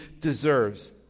deserves